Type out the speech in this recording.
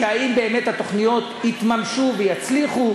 האם באמת התוכניות יתממשו ויצליחו.